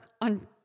on